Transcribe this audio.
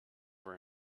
were